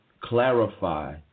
clarify